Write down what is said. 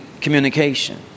communication